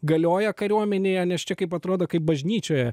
galioja kariuomenėje nes čia kaip atrodo kaip bažnyčioje